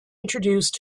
introduced